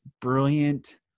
brilliant